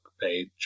page